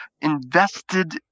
invested